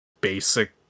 basic